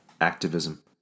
activism